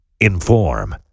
Inform